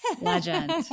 Legend